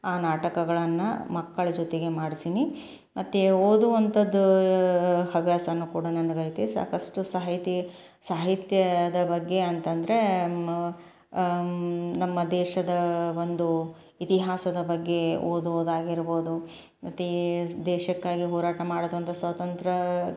ಆ ನಾಟಕಗಳನ್ನು ಮಕ್ಕಳ ಜೊತೆಗೆ ಮಾಡ್ಸೀನಿ ಮತ್ತು ಓದುವಂಥದ್ದು ಹವ್ಯಾಸನೂ ಕೂಡ ನನಗೆ ಐತಿ ಸಾಕಷ್ಟು ಸಾಹಿತಿ ಸಾಹಿತ್ಯದ ಬಗ್ಗೆ ಅಂತಂದರೆ ಮ ನಮ್ಮ ದೇಶದ ಒಂದು ಇತಿಹಾಸದ ಬಗ್ಗೆ ಓದುವುದಾಗಿರ್ಬೌದು ಮತ್ತು ದೇಶಕ್ಕಾಗಿ ಹೋರಾಟ ಮಾಡಿದಂಥ ಸ್ವತಂತ್ರ